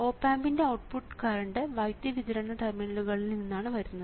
op ആമ്പിന്റെ output current വൈദ്യുതി വിതരണ ടെർമിനലുകളിൽ നിന്നാണ് വരുന്നത്